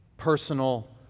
personal